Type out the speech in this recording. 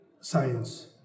science